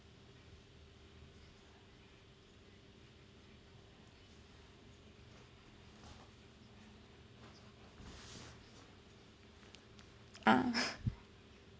ah